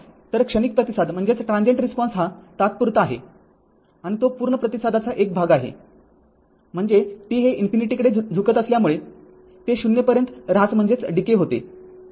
तर क्षणिक प्रतिसाद हा तात्पुरता आहे आणि तो पूर्ण प्रतिसादाचा एक भाग आहे म्हणजे t हे ∞ कडे झुकत असल्यामुळे ते ० पर्यंत ऱ्हास होते